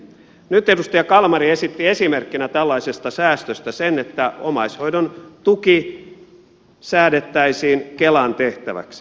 nyt edustaja kalmari esitti esimerkkinä tällaisesta säästöstä sen että omaishoidon tuki säädettäisiin kelan tehtäväksi